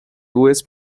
west